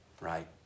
right